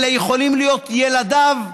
אלה יכולים להיות ילדיו,